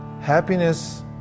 Happiness